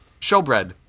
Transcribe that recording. showbread